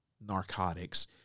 narcotics